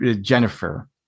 Jennifer